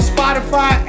Spotify